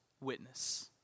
witness